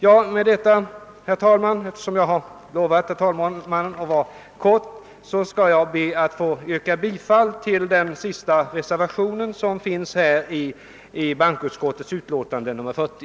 Jag har lovat herr talmannen att fatta mig kort, och jag ber därför med detta att få yrka bifall till reservationen 14 som är fogad vid bankoutskottets utlåtande nr 40.